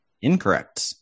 Incorrect